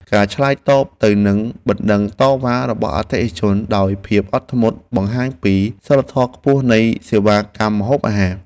ការឆ្លើយតបទៅនឹងបណ្តឹងតវ៉ារបស់អតិថិជនដោយភាពអត់ធ្មត់បង្ហាញពីសីលធម៌ខ្ពស់នៃសេវាកម្មម្ហូបអាហារ។